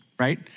right